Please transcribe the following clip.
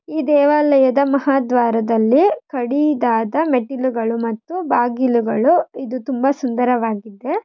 ಈ ದೇವಾಲಯದ ಮಹಾದ್ವಾರದಲ್ಲಿ ಕಡಿದಾದ ಮೆಟ್ಟಿಲುಗಳು ಮತ್ತು ಬಾಗಿಲುಗಳು ಇದು ತುಂಬ ಸುಂದರವಾಗಿದೆ